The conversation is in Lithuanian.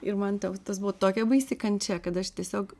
ir man ten tas buvo tokia baisi kančia kad aš tiesiog